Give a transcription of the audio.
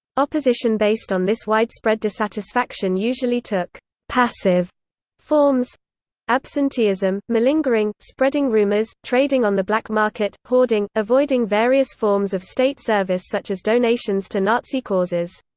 opposition based on this widespread dissatisfaction usually took passive forms absenteeism, malingering, spreading rumours, trading on the black market, hoarding, avoiding various forms of state service such as donations to nazi causes.